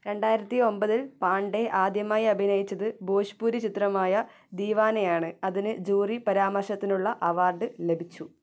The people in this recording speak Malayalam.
രണ്ടായിരത്തി ഒൻപതിൽ പാണ്ഡെ ആദ്യമായി അഭിനയിച്ചത് ഭോജ്പുരി ചിത്രമായ ദീവാനയാണ് അതിന് ജൂറി പരാമർശത്തിനുള്ള അവാർഡ് ലഭിച്ചു